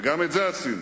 וגם את זה עשינו.